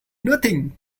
nothing